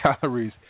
calories